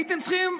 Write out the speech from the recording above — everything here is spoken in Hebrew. הייתם צריכים,